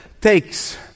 takes